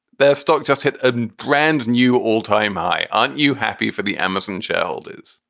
their stock just hit a brand new all time high. aren't you happy for the amazon shareholders?